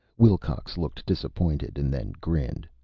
wilcox looked disappointed, and then grinned.